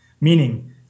meaning